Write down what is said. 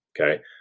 Okay